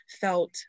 felt